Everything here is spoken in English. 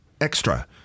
Extra